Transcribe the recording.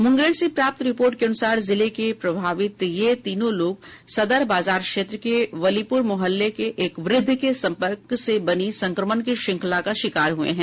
मुंगेर से प्राप्त रिपोर्ट के अनुसार जिले के प्रभावित ये तीनों लोग सदर बाजार क्षेत्र के वलीपुर मुहल्ले के एक वृद्ध के संपर्क से बनी संक्रमण की श्रंखला का शिकार हुए हैं